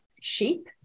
sheep